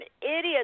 idiot